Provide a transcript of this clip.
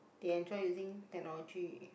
they enjoy using technology